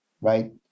right